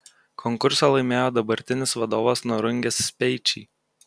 konkursą laimėjo dabartinis vadovas nurungęs speičį